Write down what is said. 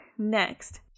Next